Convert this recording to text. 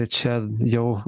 čia jau